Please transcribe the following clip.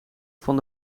van